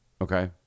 Okay